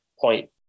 point